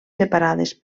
separades